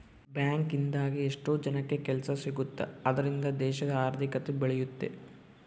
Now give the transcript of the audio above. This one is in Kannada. ಬ್ಯಾಂಕ್ ಇಂದಾಗಿ ಎಷ್ಟೋ ಜನಕ್ಕೆ ಕೆಲ್ಸ ಸಿಗುತ್ತ್ ಅದ್ರಿಂದ ದೇಶದ ಆರ್ಥಿಕತೆ ಬೆಳಿಯುತ್ತೆ